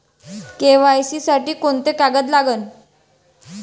KYC साठी कोंते कागद लागन?